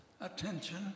attention